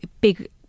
big